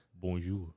bonjour